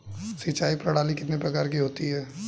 सिंचाई प्रणाली कितने प्रकार की होती हैं?